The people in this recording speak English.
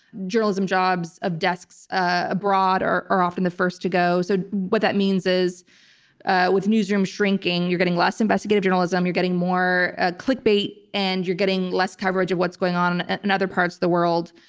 journalism jobs of desks abroad are are often the first to go. so what that means is with newsrooms shrinking, you're getting less investigative journalism. you're getting more ah clickbait, and you're getting less coverage of what's going on in and other parts of the world.